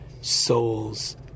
souls